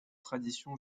tradition